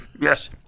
Yes